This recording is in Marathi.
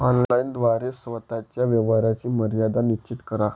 ऑनलाइन द्वारे स्वतः च्या व्यवहाराची मर्यादा निश्चित करा